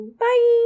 bye